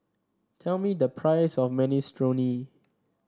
tell me the price of Minestrone